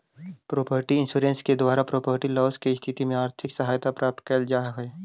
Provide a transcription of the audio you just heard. property insurance के द्वारा property loss के स्थिति में आर्थिक सहायता प्राप्त कैल जा हई